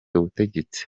ubutegetsi